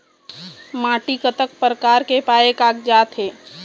माटी कतक प्रकार के पाये कागजात हे?